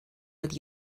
with